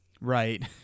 right